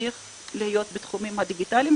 שצריך בתחומים הדיגיטליים,